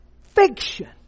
fiction